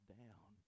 down